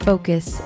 focus